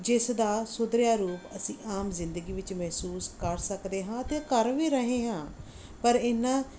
ਜਿਸ ਦਾ ਸੁਧਰਿਆ ਰੂਪ ਅਸੀਂ ਆਮ ਜ਼ਿੰਦਗੀ ਵਿੱਚ ਮਹਿਸੂਸ ਕਰ ਸਕਦੇ ਹਾਂ ਅਤੇ ਕਰ ਵੀ ਰਹੇ ਹਾਂ ਪਰ ਇੰਨਾ